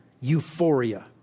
euphoria